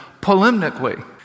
polemically